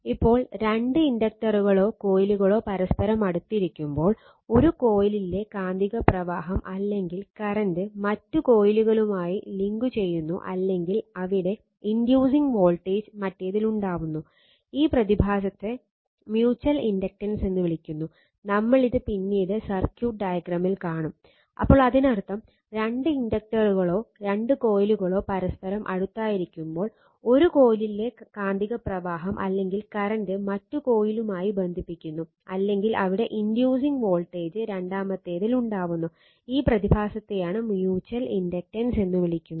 ഇനി mutual inductance എന്ന് വിളിക്കുന്നത്